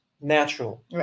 natural